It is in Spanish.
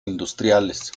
industriales